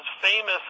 famous